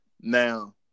Now